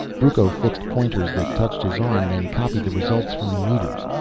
brucco fixed pointers that touched his arm, then copied the results from the meters.